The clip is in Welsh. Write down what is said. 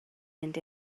mynd